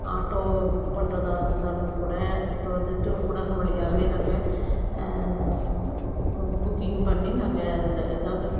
auto book பண்ணுறதா இருந்தாலும் கூட இப்போ வந்துட்டு ஊடகம் வழியாகவே நாங்கள் புக்கிங் பண்ணி நாங்கள் எதை ஏதாவது